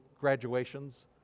graduations